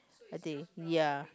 are they ya